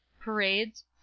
parades